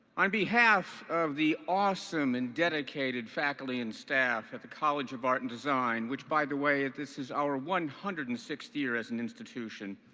on behalf of the awesome and dedicated faculty and staff at the college of art and design, which by the way this is our one hundred and sixth year as an institution.